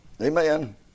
Amen